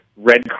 Red